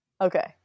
Okay